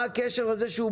אשלח לך בווצאפ.